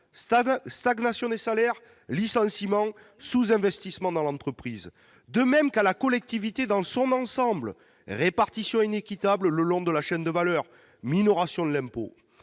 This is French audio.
stagnation des salaires, licenciements, sous-investissement dans l'entreprise, etc. -, de même qu'à la collectivité dans son ensemble- répartition inéquitable le long de la chaîne de valeur, minoration de l'impôt,